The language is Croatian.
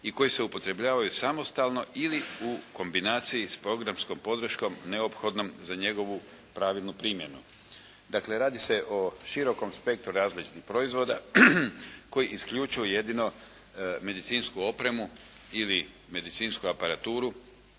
i koji se upotrebljavaju samostalno ili u kombinaciji s programskom podrškom neophodnom za njegovu pravilnu primjenu. Dakle, radi se o širokom spektru različitih proizvoda koji isključuje jedino medicinsku opremu ili medicinsku aparaturu